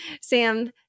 Sam